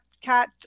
cat